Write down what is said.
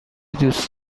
دوست